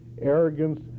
arrogance